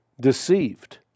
deceived